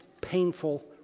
painful